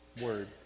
word